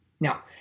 Now